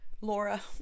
Laura